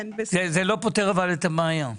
זה לא פותר את הבעיה.